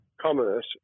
commerce